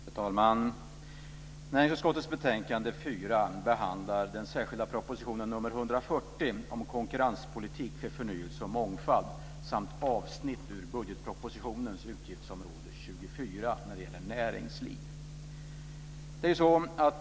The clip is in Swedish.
Fru talman! Näringsutskottets betänkande NU4 behandlar den särskilda propositionen nr 140 om konkurrenspolitik för förnyelse och mångfald samt avsnitt ur budgetpropositionens utgiftsområde 24 som gäller näringsliv.